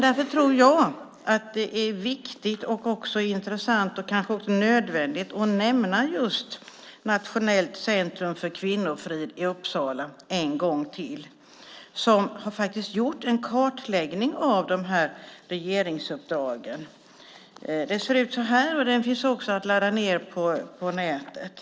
Därför tror jag att det är viktigt, intressant och kanske också nödvändigt att nämna Nationellt centrum för kvinnofrid i Uppsala en gång till. De har faktiskt gjort en kartläggning av regeringsuppdragen. Den finns att ladda ned från nätet.